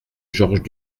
georges